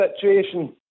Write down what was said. situation